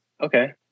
okay